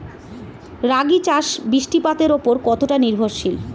রাগী চাষ বৃষ্টিপাতের ওপর কতটা নির্ভরশীল?